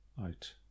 out